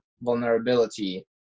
vulnerability